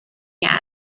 piano